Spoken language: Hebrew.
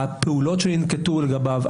הפעולות שננקטו לגביו,